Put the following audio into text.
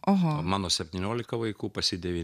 oho mano septyniolika vaikų pas jį devyni